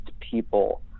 people